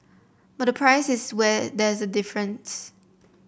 but the price is where there's a difference